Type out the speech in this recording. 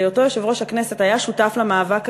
שבהיותו יושב-ראש הכנסת היה שותף למאבק הזה,